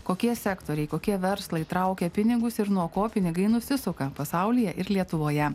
kokie sektoriai kokie verslai traukia pinigus ir nuo ko pinigai nusisuka pasaulyje ir lietuvoje